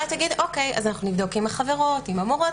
תגיד: אנחנו נבדוק עם החברות ועם המורות.